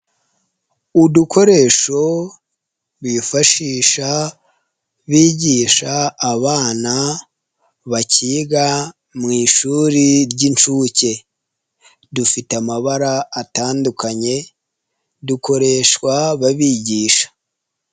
Udukoresho bifashisha bigisha abana bakiga mu ishuri ry'inshuke, dufite amabara atandukanye dukoreshwa babigisha.